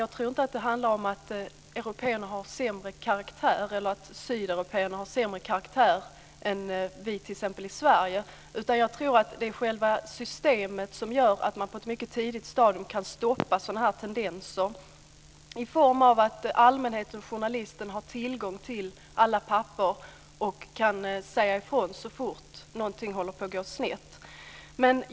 Jag tror inte att det handlar om att européerna har sämre karaktär eller att sydeuropéerna har sämre karaktär än t.ex. vi i Sverige. Jag tror att det är själva systemet som gör att man på ett mycket tidigt stadium kan stoppa sådana här tendenser, genom att allmänhet och journalister har tillgång till alla papper och kan säga ifrån så fort någonting håller på att gå snett.